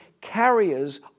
carriers